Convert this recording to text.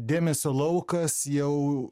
dėmesio laukas jau